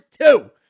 two